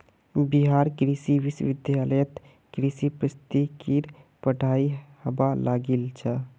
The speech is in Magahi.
बिहार कृषि विश्वविद्यालयत कृषि पारिस्थितिकीर पढ़ाई हबा लागिल छ